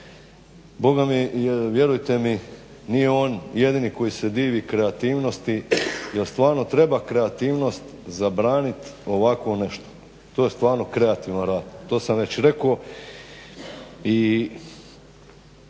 Boga mi vjerujte mi nije on jedini koji se divi kreativnosti jer stvarno treba kreativnost zabraniti ovakvo nešto, to je stvarno kreativan rad, to sam već rekao i